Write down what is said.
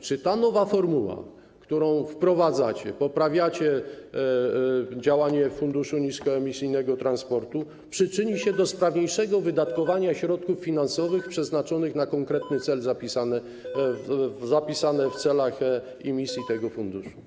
Czy ta nowa formuła, którą wprowadzacie, poprawiając działanie Funduszu Niskoemisyjnego Transportu, przyczyni się do sprawniejszego wydatkowania środków finansowych przeznaczonych na konkretny cel zapisany w statucie i misję tego funduszu?